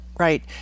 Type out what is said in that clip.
Right